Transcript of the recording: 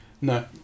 No